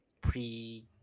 pre